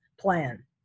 plan